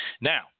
Now